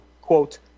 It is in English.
quote